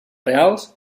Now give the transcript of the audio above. reals